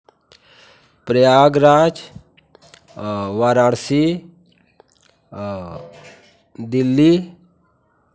Prayagraj Varanasi Delhi